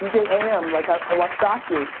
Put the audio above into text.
yeah am, like ah i watch doc u,